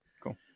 Cool